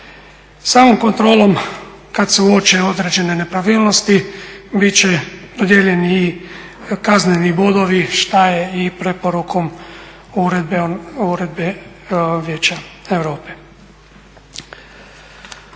Samom kontrolom kada se uoče određene nepravilnosti biti će dodijeljeni i kazneni bodovi šta je i preporukom Uredbe Vijeća Europe.